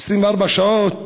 24 שעות,